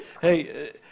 hey